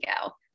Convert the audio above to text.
go